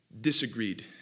disagreed